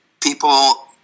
people